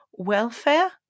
Welfare